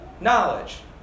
Knowledge